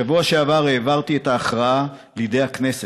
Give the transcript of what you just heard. בשבוע שעבר העברתי את ההכרעה לידי הכנסת.